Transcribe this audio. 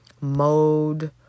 mode